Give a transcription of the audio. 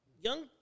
Young